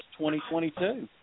2022